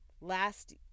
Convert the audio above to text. last